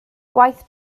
gwaith